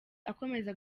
akomeza